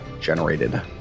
generated